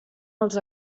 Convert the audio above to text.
els